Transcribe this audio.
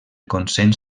consens